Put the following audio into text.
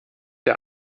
der